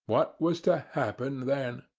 what was to happen then?